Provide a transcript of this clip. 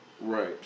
Right